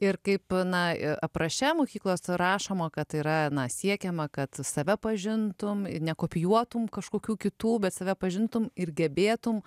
ir kaip na ir apraše mokyklose rašoma kad yra siekiama kad save pažintum ir nekopijuotum kažkokių kitų bet save pažintume ir gebėtum